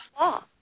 law